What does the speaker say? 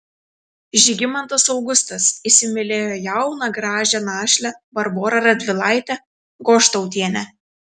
žygimantas augustas įsimylėjo jauną gražią našlę barborą radvilaitę goštautienę